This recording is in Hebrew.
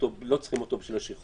כי לא צריכים אותו בשביל השחרור,